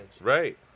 right